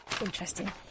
Interesting